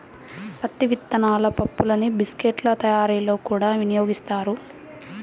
పత్తి విత్తనాల పప్పులను బిస్కెట్ల తయారీలో కూడా వినియోగిస్తారు